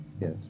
Yes